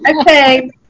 Okay